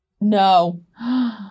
No